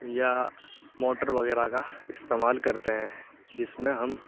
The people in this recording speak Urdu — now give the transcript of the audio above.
یا موٹر وغیرہ کا استعمال کرتے ہیں جس میں ہم